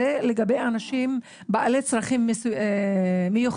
זה לגבי אנשים בעלי צרכים מיוחדים.